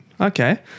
Okay